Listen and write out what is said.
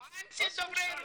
או אנטי דוברי רוסית.